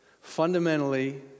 fundamentally